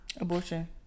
Abortion